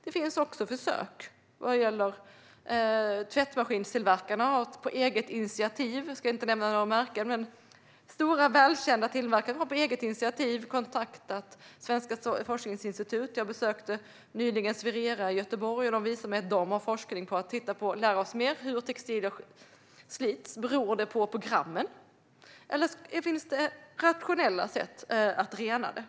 Det finns också försök från stora och välkända tvättmaskinstillverkare som på eget initiativ kontaktat svenska forskningsinstitut. Jag besökte nyligen Swerea i Göteborg, och de visade mig att de har forskning för att lära sig mer om hur textilier slits beroende på tvättprogrammen och om det finns rationella sätt för att rena vattnet.